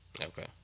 Okay